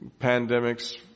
pandemics